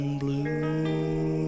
blue